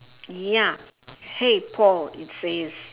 ya hey paul it says